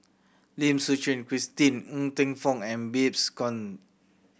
Lim Suchen Christine Ng Teng Fong and Babes Conde